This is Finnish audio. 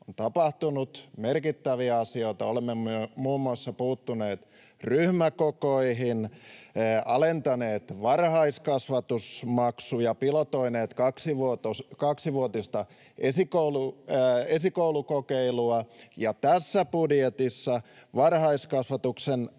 on tapahtunut merkittäviä asioita. Olemme muun muassa puuttuneet ryhmäkokoihin, alentaneet varhaiskasvatusmaksuja, pilotoineet kaksivuotista esikoulukokeilua, ja tässä budjetissa varhaiskasvatuksen